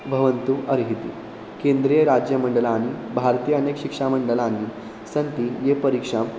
भवन्तु अर्हति केन्द्रीयराज्यमण्डलानि भारतीय अनेकशिक्षामण्डलानि सन्ति ये परीक्षां